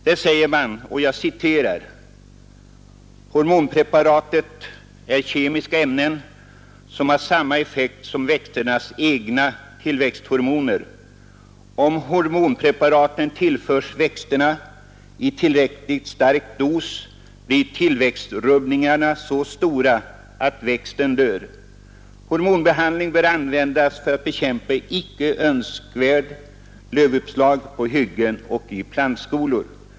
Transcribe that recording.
Där säger man: Hormonpreparaten är kemiska ämnen, som har samma effekt som växternas egna tillväxthormoner. Om hormonpreparaten tillförs växterna i tillräckligt stark dos blir tillväxtrubbningarna så stora att växten dör. Hormonbehandling bör användas för att bekämpa icke önskvärt lövuppslag på hyggen och i plantskolor.